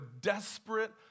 desperate